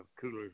coolers